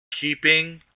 keeping